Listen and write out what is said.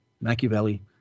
Machiavelli